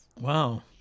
Wow